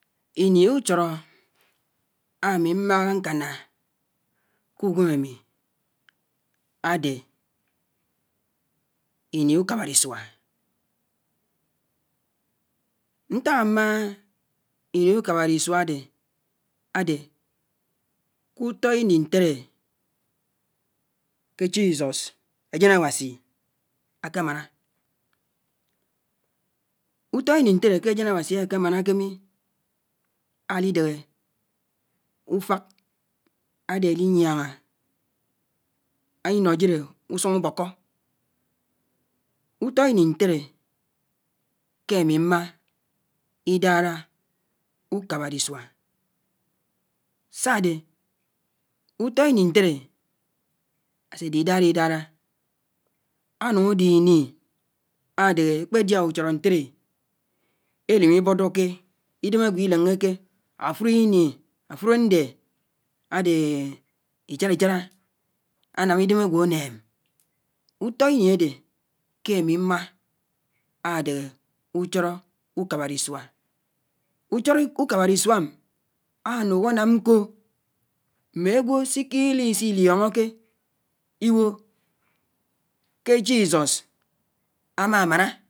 Iní ùchóró ámì mmáhá ñkáná kùgwém, ámì ádé íní ùkábárísùd, ñták ámáá íní ùkábárísùd ádé, kùtó ínì ñtéré ké Jesus ásén Áwásì ákémáná, ùtó íní ñtéré ké asén Áwásì áké mánáké mì alídéhé ùfák, ádé éliyiáhá, ínó jíré ùsùñ ùbókó, ùtó íní ñtere ké ámì mmá ídárá idárá ánùñ ádíní ádéhé ákpé diá ùchóró ñtéré élim íbùdóké ídém ágwò íleñeké áfùrini, áfùrò ñdé, ádééé íc. hád íchárá ánám ídém ágwò ànéém ùtó mí ádé kěmì mmá ádéhé ùchóró ùkábárísùd, ùchóró ùkábárísùám ánám ñkò mmégwò síkí lísí líoñóké íwò ké Jesus ámá ámáná.